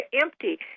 empty